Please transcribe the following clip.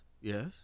yes